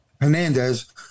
Hernandez